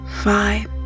five